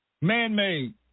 man-made